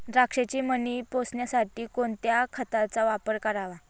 द्राक्षाचे मणी पोसण्यासाठी कोणत्या खताचा वापर करावा?